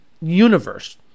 universe